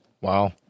Wow